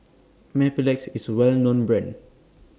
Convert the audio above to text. Mepilex IS A Well known Brand